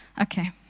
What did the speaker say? Okay